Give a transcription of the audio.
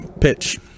pitch